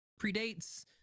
predates